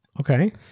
Okay